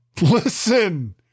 Listen